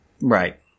Right